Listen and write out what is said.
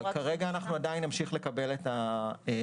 אבל כרגע אנחנו עדיין נמשיך לקבל את המידע.